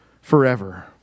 forever